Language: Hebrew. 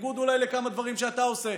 בניגוד אולי לכמה דברים שאתה עושה.